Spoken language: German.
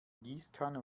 gießkanne